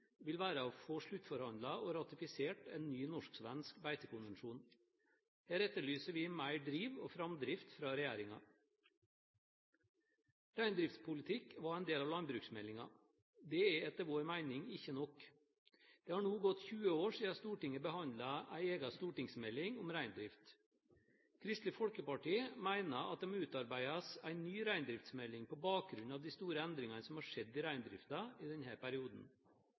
vil være å få sluttforhandlet og ratifisert en ny norsk-svensk beitekonvensjon. Her etterlyser vi mer driv og framdrift fra regjeringen. Reindriftspolitikk var en del av landbruksmeldingen. Det er etter vår mening ikke nok. Det har nå gått 20 år siden Stortinget behandlet en egen stortingsmelding om reindrift. Kristelig Folkeparti mener at det må utarbeides en ny reindriftsmelding på bakgrunn av de store endringene som har skjedd i reindriften i denne perioden.